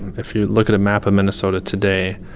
if you look at a map of minnesota today,